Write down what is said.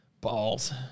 balls